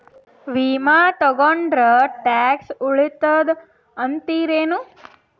ವಿಮಾ ತೊಗೊಂಡ್ರ ಟ್ಯಾಕ್ಸ ಉಳಿತದ ಅಂತಿರೇನು?